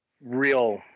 real